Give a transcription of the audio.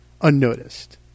unnoticed